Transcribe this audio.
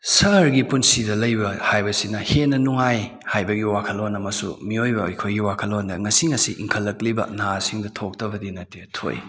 ꯁꯍꯔꯒꯤ ꯄꯨꯟꯁꯤꯗ ꯂꯩꯕ ꯍꯥꯏꯕꯁꯤꯅ ꯍꯦꯟꯅ ꯅꯨꯡꯉꯥꯏ ꯍꯥꯏꯕꯒꯤ ꯋꯥꯈꯜꯂꯣꯟ ꯑꯃꯁꯨ ꯃꯤꯑꯣꯏꯕ ꯑꯩꯈꯣꯏꯒꯤ ꯋꯥꯈꯜꯂꯣꯟꯗ ꯉꯁꯤ ꯉꯁꯤ ꯏꯟꯈꯠꯂꯛꯂꯤꯕ ꯅꯍꯥꯁꯤꯡꯗ ꯊꯣꯛꯇꯕꯗꯤ ꯅꯠꯇꯦ ꯊꯣꯛꯏ